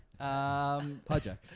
Hijack